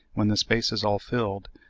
when the space is all filled,